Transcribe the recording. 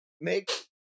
make